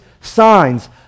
signs